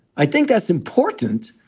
i think that's important.